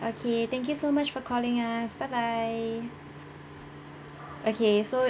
okay thank you so much for calling us bye bye okay so